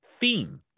theme